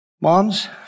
Moms